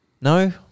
No